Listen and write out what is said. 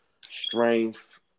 strength